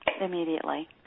immediately